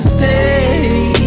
Stay